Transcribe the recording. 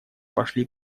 пошли